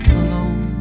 alone